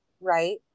right